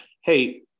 hey